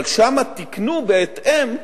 אבל שם תיקנו בהתאם,